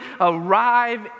arrive